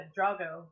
Drago